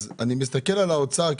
אני מסתכל על האוצר.